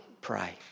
pray